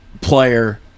player